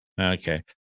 Okay